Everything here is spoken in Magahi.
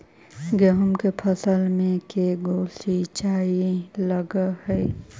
गेहूं के फसल मे के गो सिंचाई लग हय?